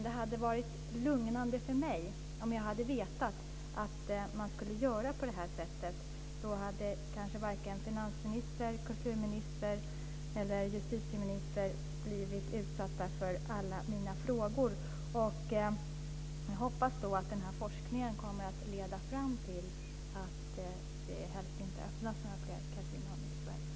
Det hade varit lugnande för mig om jag hade vetat att man skulle göra på det sättet. Då hade kanske varken finansministern, kulturministern eller justitieministern blivit utsatta för alla mina frågor. Jag hoppas att forskningen kommer att leda fram till att det helst inte öppnas några fler kasinon i Sverige.